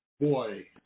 Boy